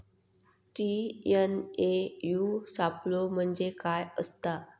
TNAU सापलो म्हणजे काय असतां?